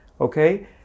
okay